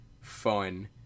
fun